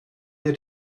wir